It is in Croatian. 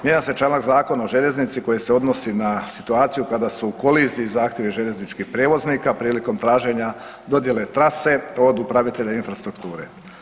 Mijenja se članak Zakona o željeznici koji se odnosi na situaciju kada su u koliziji zahtjevi željezničkih prijevoznika prilikom traženja dodjele trase od upravitelja infrastrukture.